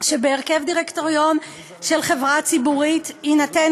שבהרכב דירקטוריון של חברה ציבורית יינתן